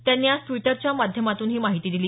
त्यांनी आज ट्विटरच्या माध्यमातून ही माहिती दिली